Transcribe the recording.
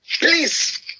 Please